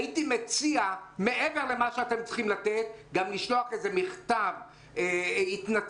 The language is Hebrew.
אני מציע מעבר למה שאתם צריכים לתת גם לשלוח מכתב התנצלות.